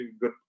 good